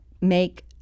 make